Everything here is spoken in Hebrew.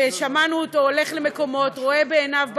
ושמענו אותו הולך למקומות, רואה בעיניו.